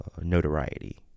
notoriety